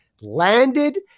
landed